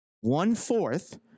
one-fourth